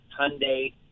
Hyundai